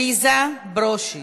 עליזה בראשי.